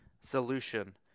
solution